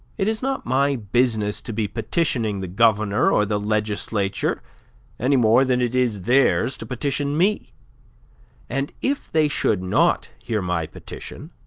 it is not my business to be petitioning the governor or the legislature any more than it is theirs to petition me and if they should not hear my petition,